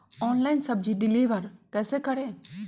Online सब्जी deliver कैसे करें?